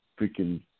freaking